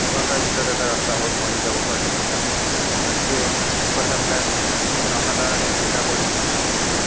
এঘণ্টাৰ ভিতৰত এটা ৰাস্তা হৈ বনি যাব পাৰে গতিকে এই কথাবিলাক জনসাধাৰণে চিন্তা কৰিছে কিন্তু